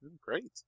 Great